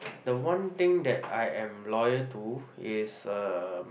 the one thing that I am loyal to is uh